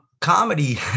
comedy